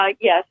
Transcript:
Yes